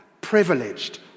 privileged